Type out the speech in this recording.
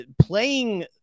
playing